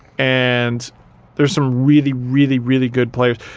and there's some really really really good players